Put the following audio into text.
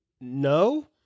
no